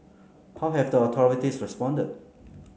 how have the authorities responded